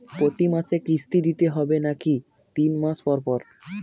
প্রতিমাসে কিস্তি দিতে হবে নাকি তিন মাস পর পর?